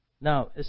now